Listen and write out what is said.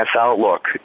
outlook